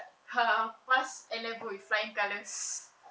pass A level with flying colours